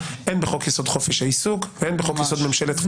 הן בחוק-יסוד: חופש העיסוק והן בחוק-יסוד: ממשלת חילופים.